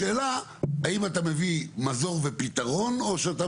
השאלה האם אתה מביא מזור ופתרון או שאתה